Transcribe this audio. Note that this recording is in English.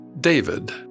David